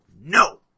no